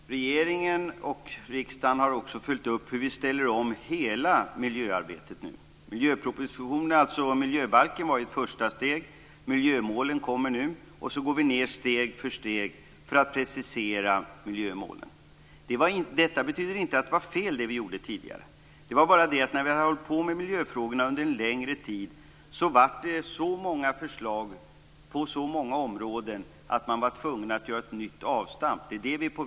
Fru talman! Regeringen och riksdagen har följt upp omställningen av hela miljöarbetet. Miljöbalken var ett första steg, miljömålen kommer nu, och vi preciserar nu steg för steg miljömålen. Detta betyder inte att det vi tidigare gjorde var fel. Men när vi hade hållit på med miljöfrågorna under en längre tid blev det så många förslag på så många områden att vi blev tvungna att göra ett nytt avstamp.